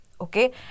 Okay